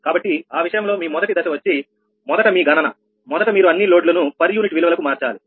కాబట్టి ఆ విషయంలో మీ మొదటి దశ వచ్చి మొదట మీ గణన మొదట మీరు అన్నీ లోడ్లును పర్ యూనిట్ విలువలకు మార్చాలి